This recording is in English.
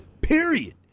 Period